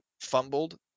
fumbled